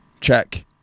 Check